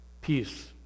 peace